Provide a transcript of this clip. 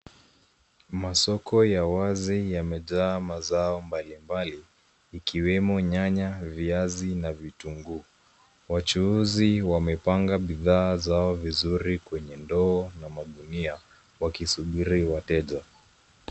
Masoko ya wazi yamejaa mazao mbalimbali ikiwemo nyanya, viazi na vitunguu. Wachuuzi wamepanga bidhaa zao vizuri kwenye ndoo na magunia wakisubiri wateja.